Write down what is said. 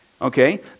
okay